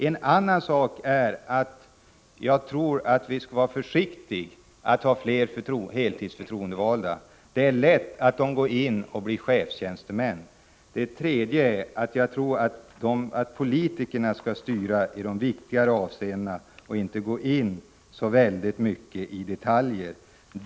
En annan sak är att vi nog bör vara försiktiga med att ha fler heltidsförtroendevalda. Det är lätt att de går in och blir chefstjänstemän. För det tredje anser jag att politikerna skall styra i de viktiga frågorna och inte gå in så mycket i detalj.